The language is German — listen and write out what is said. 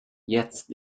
jetzt